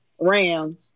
Ram